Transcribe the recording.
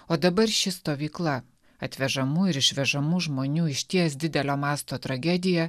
o dabar ši stovykla atvežamų ir išvežamų žmonių išties didelio masto tragedija